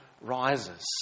rises